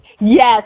yes